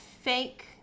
fake